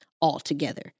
altogether